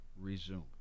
resume